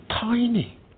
tiny